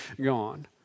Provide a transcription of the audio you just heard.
gone